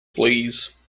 please